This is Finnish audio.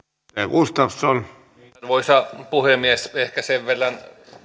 arvoisa puhemies ehkä sen verran